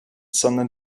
sondern